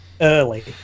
early